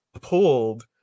pulled